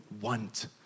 want